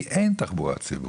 כי אין תחבורה ציבורית.